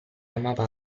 amava